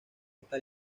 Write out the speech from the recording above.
esta